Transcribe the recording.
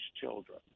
children